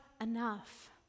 enough